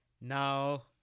Now